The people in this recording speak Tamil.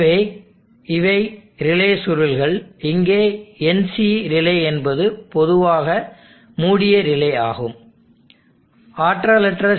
எனவே இவை ரிலே சுருள்கள் இங்கே NC ரிலே என்பது பொதுவாக மூடிய ரிலே ஆகும்